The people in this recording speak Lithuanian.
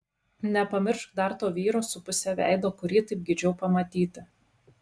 nepamiršk dar to vyro su puse veido kurį taip geidžiau pamatyti